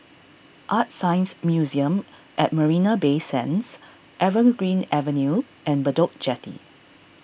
ArtScience Museum at Marina Bay Sands Evergreen Avenue and Bedok Jetty